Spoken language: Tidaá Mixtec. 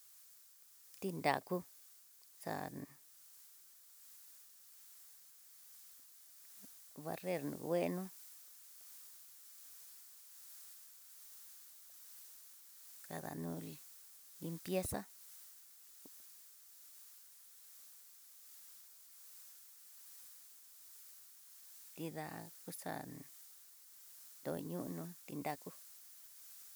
Ti nrakú xa'a, barrer no ngueno kadanro limpieza, nrida nroñono ti nrakú.